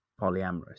polyamorous